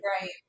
Right